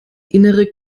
innere